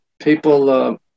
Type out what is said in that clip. people